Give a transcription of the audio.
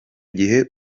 gihe